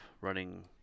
running